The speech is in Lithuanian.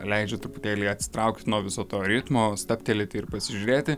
leidžia truputėlį atsitraukti nuo viso to ritmo stabtelėti ir pasižiūrėti